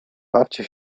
bawcie